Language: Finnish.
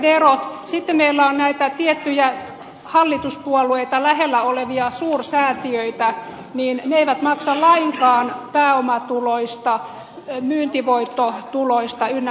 sitten meillä on näitä tiettyjä hallituspuolueita lähellä olevia suursäätiöitä ja ne eivät maksa lainkaan pääomatuloista myyntivoittotuloista ynnä muuta